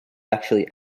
actually